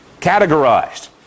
categorized